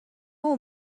اون